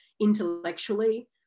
intellectually